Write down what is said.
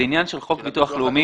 זה עניין של חוק ביטוח לאומי.